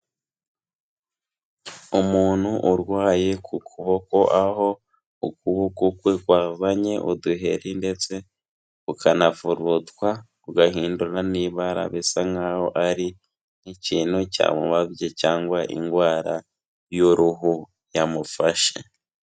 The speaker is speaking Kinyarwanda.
Umuntu urwaye ku kuboko, aho ukuboko kwe kwazanye uduheri ndetse kukanafurutwa kugahindura n'ibara, bisa nkaho ari nk'ikintu cyamubabye cyangwa indwara y'uruhu yamufashe.